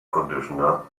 conditioner